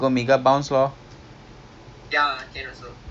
oh okay lah actually we plan for three so two is a buffer time